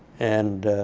and